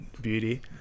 beauty